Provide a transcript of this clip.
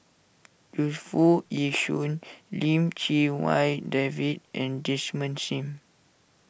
Yu Foo Yee Shoon Lim Chee Wai David and Desmond Sim